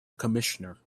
commissioner